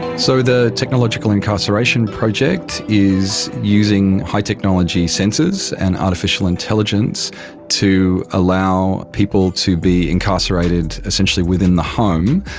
so the technological incarceration project is using high-technology sensors and artificial intelligence to allow people to be incarcerated essentially within the home,